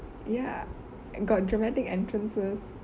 ya got dramatic entrances